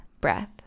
breath